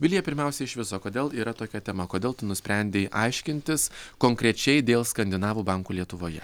vilija pirmiausia iš viso kodėl yra tokia tema kodėl tu nusprendei aiškintis konkrečiai dėl skandinavų bankų lietuvoje